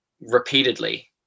repeatedly